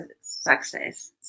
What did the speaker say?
success